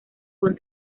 con